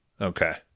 Okay